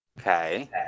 Okay